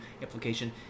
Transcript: implication